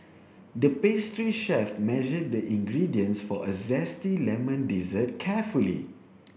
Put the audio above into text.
the pastry chef measured the ingredients for a zesty lemon dessert carefully